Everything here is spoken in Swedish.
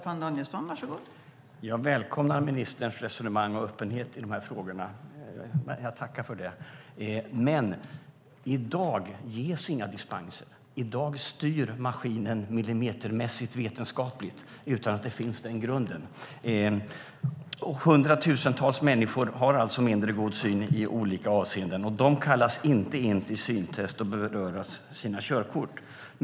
Fru talman! Jag välkomnar ministerns resonemang och öppenhet i de här frågorna, jag tackar för det. Men i dag ges inga dispenser, i dag styr maskinen millimetermässigt vetenskapligt. Hundratusentals människor har alltså mindre god syn i olika avseenden. De kallas inte in till syntest och berövas sina körkort.